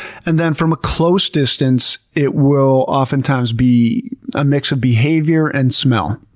and then from a close distance it will oftentimes be a mix of behavior and smell.